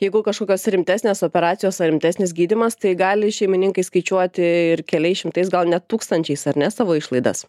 jeigu kažkokios rimtesnės operacijos ar rimtesnis gydymas tai gali šeimininkai skaičiuoti ir keliais šimtais gal net tūkstančiais ar ne savo išlaidas